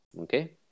Okay